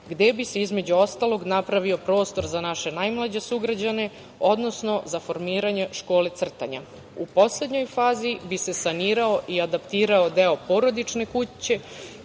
gde bi se, između ostalog, napravio prostor za naše najmlađe sugrađane, odnosno za formiranje škole crtanja. U poslednjoj fazi bi se sanirao i adaptirao deo porodične kuće